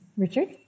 Richard